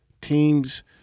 Teams